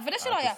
בוודאי שלא היה.